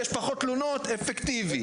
יש פחות תלונות אפקטיבי.